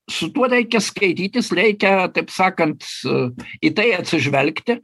su tuo reikia skaitytis reikia taip sakant į tai atsižvelgti